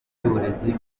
ry’uburezi